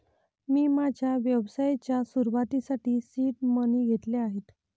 मी माझ्या व्यवसायाच्या सुरुवातीसाठी सीड मनी घेतले आहेत